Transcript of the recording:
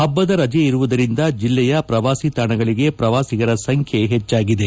ಪಬ್ದದ ರಜೆ ಇರುವುದರಿಂದ ಜಿಲ್ಲೆಯ ಪ್ರವಾಸಿ ತಾಣಗಳಿಗೆ ಪ್ರವಾಸಿಗರ ಸಂಖ್ಯೆ ಹೆಚ್ಚಾಗಿದೆ